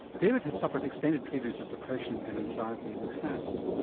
david had suffered extended periods of depression and anxiety in the past.